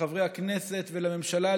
כחברי הכנסת והממשלה,